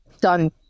done